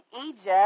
Egypt